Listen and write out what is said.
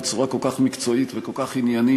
בצורה כל כך מקצועית וכל כך עניינית.